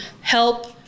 help